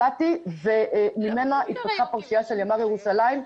הגעתי וממנה התפתחה פרשייה של ימ"ר ירושלים,